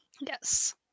Yes